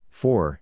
four